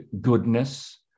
goodness